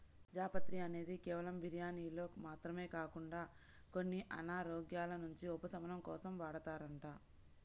జాపత్రి అనేది కేవలం బిర్యానీల్లో మాత్రమే కాకుండా కొన్ని అనారోగ్యాల నుంచి ఉపశమనం కోసం వాడతారంట